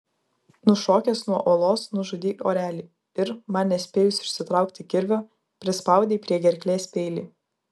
nušokęs nuo uolos nužudei orelį ir man nespėjus išsitraukti kirvio prispaudei prie gerklės peilį